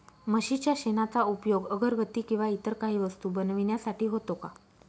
म्हशीच्या शेणाचा उपयोग अगरबत्ती किंवा इतर काही वस्तू बनविण्यासाठी होतो का?